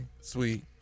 sweet